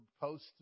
post